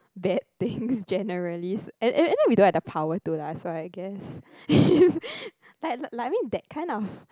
bad things generally and and we don't have the power to lah so I guess like like I mean that kind of